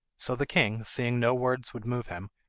so the king, seeing no words would move him,